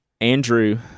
Andrew